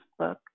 Facebook